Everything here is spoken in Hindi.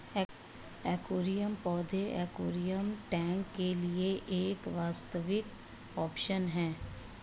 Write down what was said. एक्वेरियम पौधे एक्वेरियम टैंक के लिए एक वास्तविक आकर्षण है